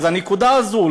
אז הנקודה הזאת,